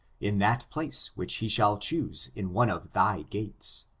in that place which he shall choose in one of thy gates.